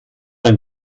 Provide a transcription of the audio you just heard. ein